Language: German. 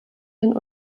den